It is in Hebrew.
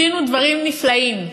עשינו דברים נפלאים.